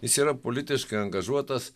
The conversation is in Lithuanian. jis yra politiškai angažuotas